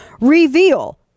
reveal